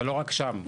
אבל לא רק שם,